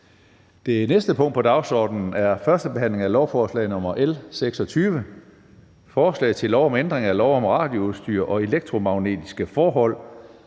Det sidste punkt på dagsordenen er: 11) 1. behandling af lovforslag nr. L 26: Forslag til lov om ændring af lov om radioudstyr og elektromagnetiske forhold,